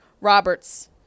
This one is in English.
Roberts